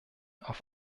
auf